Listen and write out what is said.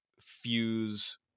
fuse